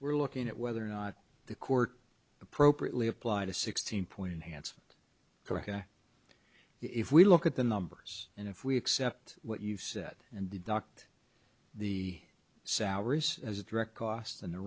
we're looking at whether or not the court appropriately applied a sixteen point hands correct if we look at the numbers and if we accept what you said and deduct the salaries as a direct cost and the